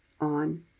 on